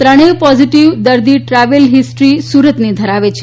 ત્રણેય પોઝીટીવ દર્દીની travel history સુરતની છે